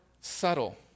subtle